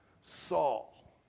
Saul